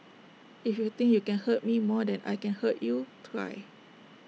if you think you can hurt me more than I can hurt you try